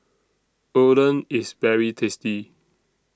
Oden IS very tasty